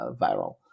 viral